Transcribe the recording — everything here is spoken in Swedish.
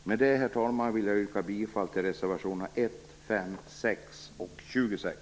Med detta, herr talman, vill jag yrka bifall till reservationerna 1, 5, 6 och 26.